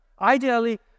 Ideally